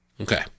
Okay